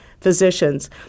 Physicians